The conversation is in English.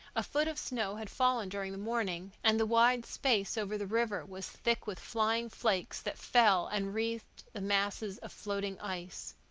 a foot of snow had fallen during the morning, and the wide space over the river was thick with flying flakes that fell and wreathed the masses of floating ice.